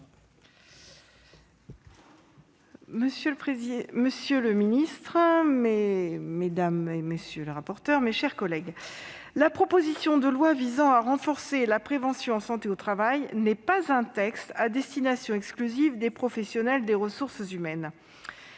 Monsieur le président, monsieur le secrétaire d'État, mes chers collègues, la proposition de loi pour renforcer la prévention en santé au travail n'est pas un texte à destination exclusive des professionnels des ressources humaines.